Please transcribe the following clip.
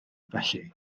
felly